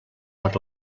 per